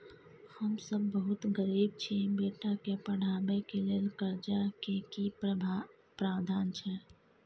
हम सब बहुत गरीब छी, बेटा के पढाबै के लेल कर्जा के की प्रावधान छै?